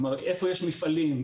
איפה יש מפעלים,